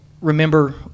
remember